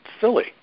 silly